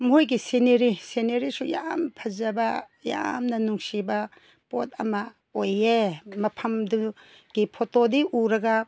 ꯃꯣꯏꯒꯤ ꯁꯤꯅꯔꯤ ꯁꯤꯅꯔꯤꯁꯨ ꯌꯥꯝ ꯐꯖꯕ ꯌꯥꯝꯅ ꯅꯨꯡꯁꯤꯕ ꯄꯣꯠ ꯑꯃ ꯑꯣꯏꯌꯦ ꯃꯐꯝꯗꯨꯒꯤ ꯐꯣꯇꯣꯗꯤ ꯎꯔꯒ